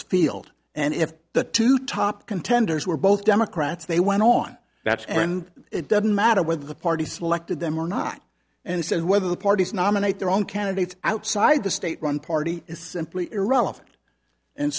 field and if the two top contenders were both democrats they went on that it doesn't matter whether the party selected them or not and so whether the parties nominate their own candidates outside the state run party is simply irrelevant and